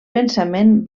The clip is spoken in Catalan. pensament